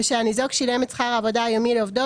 ושהניזוק שילם את שכר העבודה היומי לעובדו